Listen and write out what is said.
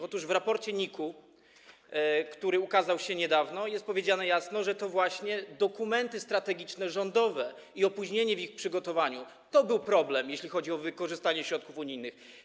Otóż w raporcie NIK-u, który ukazał się niedawno, jest powiedziane jasno, że to właśnie rządowe dokumenty strategiczne i opóźnienie w ich przygotowaniu to był problem, jeśli chodzi o wykorzystanie środków unijnych.